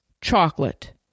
chocolate